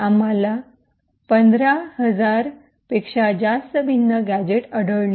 आम्हाला 15000 पेक्षा जास्त भिन्न गॅझेट्स आढळली